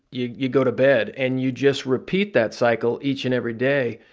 you you go to bed, and you just repeat that cycle each and every day.